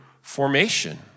formation